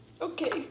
Okay